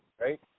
right